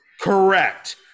Correct